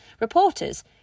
Reporters